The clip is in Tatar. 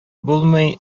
булмый